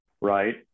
right